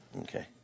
Okay